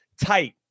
tight